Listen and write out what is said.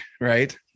right